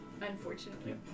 Unfortunately